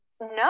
No